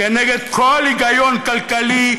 כנגד כל היגיון כלכלי,